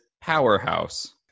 Powerhouse